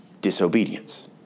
disobedience